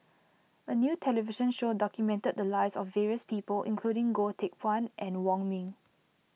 a new television show documented the lives of various people including Goh Teck Phuan and Wong Ming